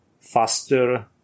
faster